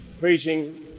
preaching